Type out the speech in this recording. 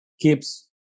keeps